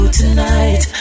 tonight